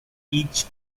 each